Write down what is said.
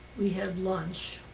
we had lunch.